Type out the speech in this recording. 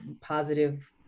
positive